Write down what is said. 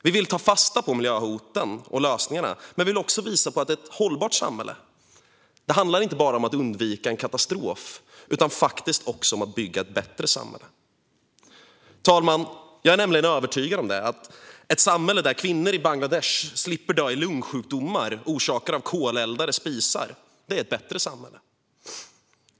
Vi vill ta fasta på miljöhoten och lösningarna, men vi vill också visa på ett hållbart samhälle. Det handlar inte bara om att undvika en katastrof utan faktiskt också om att bygga ett bättre samhälle. Fru talman! Jag är övertygad om att ett samhälle där kvinnor i Bangladesh slipper dö i lungsjukdomar orsakade av koleldade spisar är ett bättre samhälle.